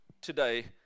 today